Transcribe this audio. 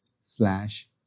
slash